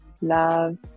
love